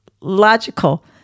logical